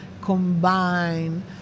combine